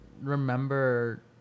remember